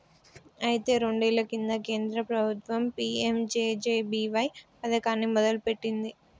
అయితే రెండేళ్ల కింద కేంద్ర ప్రభుత్వం పీ.ఎం.జే.జే.బి.వై పథకాన్ని మొదలుపెట్టింది